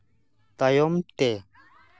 ᱛᱟᱭᱚᱢ ᱛᱮ